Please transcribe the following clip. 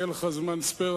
יהיה לך זמן spare,